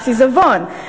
מס עיזבון,